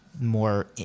more